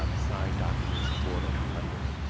um sign documents the board a new lender.